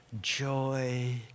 joy